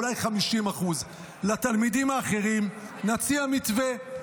אולי 50%. לתלמידים האחרים נציע מתווה,